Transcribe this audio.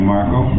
Marco